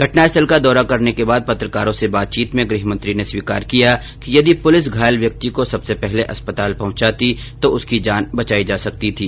घटना स्थल का दौरा करने के बाद पत्रकारों से बातचीत में गृह मंत्री ने स्वीकार किया कि यदि पुलिस घायल व्यक्ति को सबसे पहले अस्पताल पहुंचाती तो उसकी जान बचाई जा सकती थी